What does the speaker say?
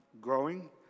growing